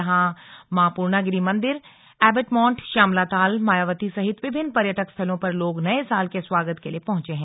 यहां मां पूर्णागिरि मन्दिर एबटमॉन्ट श्यामलाताल मायावती सहित विभिन्न्न पर्यटक स्थलों पर लोग नये साल के स्वागत के लिए पहुंचे हैं